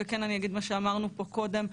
ואני אגיד מה שאמרנו פה קודם,